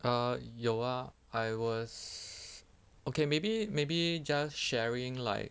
err 有 ah I was okay maybe maybe just sharing like